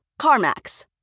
CarMax